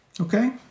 Okay